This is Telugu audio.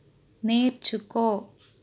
నేర్చుకో